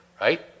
right